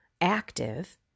active